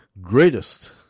greatest